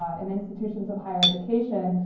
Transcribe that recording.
ah in institutions of higher education.